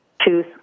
choose